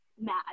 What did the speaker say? mad